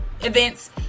events